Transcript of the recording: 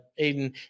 Aiden